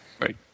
Right